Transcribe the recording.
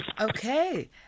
Okay